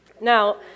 Now